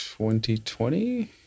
2020